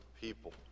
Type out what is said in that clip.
people